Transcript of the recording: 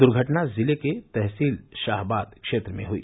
दुर्घटना जिले की तहसील शाहबाद क्षेत्र में हुई